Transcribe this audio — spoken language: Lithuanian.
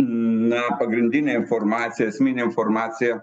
na pagrindinė informacija esminė informacija